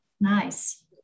nice